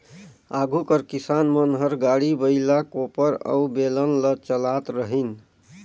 आघु कर किसान मन हर गाड़ी, बइला, कोपर अउ बेलन ल चलात रहिन